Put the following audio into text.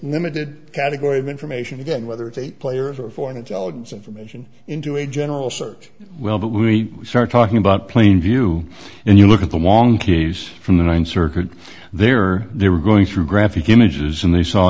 limited category of information again whether it's a player's or foreign intelligence information into a general search well but we are talking about plain view and you look at the long case from the ninth circuit there they were going through graphic images and they saw